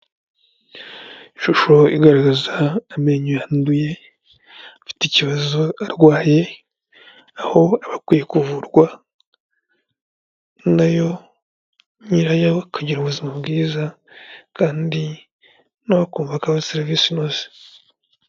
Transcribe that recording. Ishusho igaragaza amenyo yanduye afite ikibazo arwaye, aho aba akwiye kuvurwa n'ayo nyirayo akagira ubuzima bwiza kandi akumvako na we ahawe serivisi inoze.